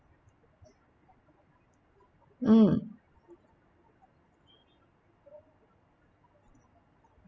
mm